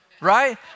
right